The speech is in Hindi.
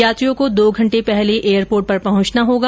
यात्रियों को दो घंटे पहले एयरपोर्ट पहुंचना होगा